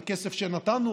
בכסף שנתנו,